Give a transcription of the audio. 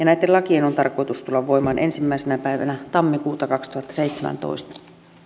näitten lakien on tarkoitus tulla voimaan ensimmäisenä päivänä tammikuuta kaksituhattaseitsemäntoista